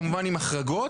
כמובן שעם החרגות,